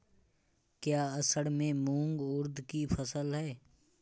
क्या असड़ में मूंग उर्द कि फसल है?